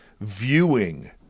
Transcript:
viewing